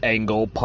Angle